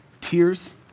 tears